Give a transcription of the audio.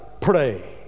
pray